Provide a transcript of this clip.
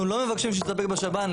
אנחנו לא מבקשים שיסתפק בשב"ן,